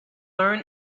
learn